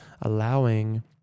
allowing